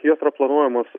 jos yra planuojamos